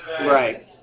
Right